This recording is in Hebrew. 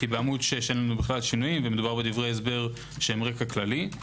כי בעמ' 6 אין שינויים כלל ומדובר בדברי הסבר שהם רקע כללי.